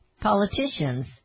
Politicians